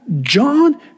John